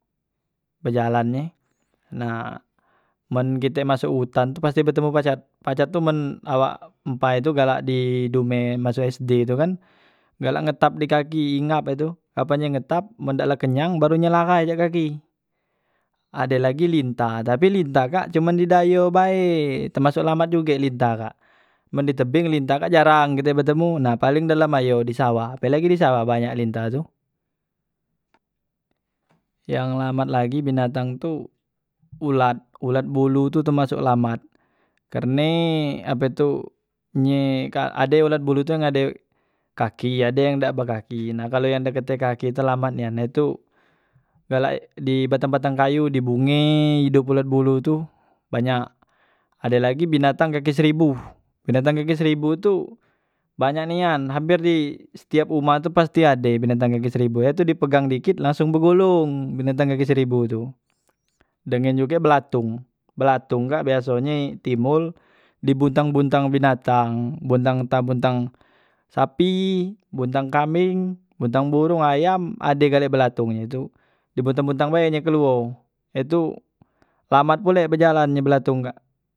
Bejalannye nah men kite masuk utan tu pasti betemu pacat, pacat tu men awak empai tu galak di dumeh masuk sd tu kan galak ngetap di kaki inggap he tu, kapan ye ngetap men la kenyang baru nye lahai injak kaki ade lagi lintah tapi lintah kak cuman di dayo bae temasuk lambat juge lintah kak, men di tebing lintah kak jarang kite betemu nah paling dalam ayo di sawah ape lagi di sawah banyak lintah tu yang lambat lagi binatang tu ulat, ulat bulu tu temasuk lambat, karne ape tu nye ka ade ulet bulu yang ade kaki ade yang dak bekaki nah kalo yang dak katek kaki tu lambat nian die tu galak di batang batang kayu di bunge idup ulet bulu tu banyak. Ade lagi binatang kaki seribu binatang kaki seribu tu banyak nian hampir di setiap umah tu pasti ade binatang kaki seribu he tu di pegang dikit langsung begulung binatang kaki seribu tu, dengen juge belatung, belatung kak biasonye timbul di buntang buntang binatang buntang entah buntang sapi, buntang kambeng, buntang burung ayam ade gale belatungnye tu di buntang buntang bae nye keluo he tu lambat pule belajannye belatung kak.